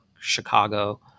Chicago